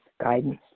guidance